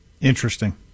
Interesting